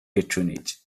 patronage